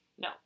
No